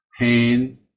pain